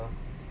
um